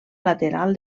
lateral